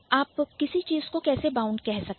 आप किसी चीज को कैसे बाउंड कह सकते हैं